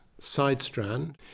Sidestrand